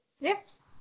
yes